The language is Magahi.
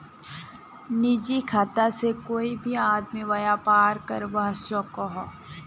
निजी खाता से कोए भी आदमी व्यापार करवा सकोहो